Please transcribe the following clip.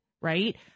right